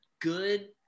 good